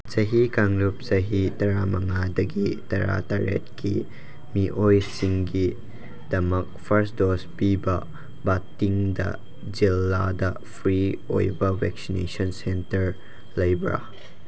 ꯆꯍꯤ ꯀꯥꯡꯂꯨꯞ ꯆꯍꯤ ꯇꯔꯥ ꯃꯉꯥꯗꯒꯤ ꯇꯔꯥ ꯇꯔꯦꯠꯀꯤ ꯃꯤꯑꯣꯏꯁꯤꯡꯒꯤꯗꯃꯛ ꯐꯥꯔꯁ ꯗꯣꯁ ꯄꯤꯕ ꯕꯥꯇꯤꯡꯗ ꯖꯤꯂꯥꯗ ꯐ꯭ꯔꯤ ꯑꯣꯏꯕ ꯚꯦꯛꯁꯤꯅꯦꯁꯟ ꯁꯦꯟꯇꯔ ꯂꯩꯕ꯭ꯔꯥ